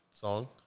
song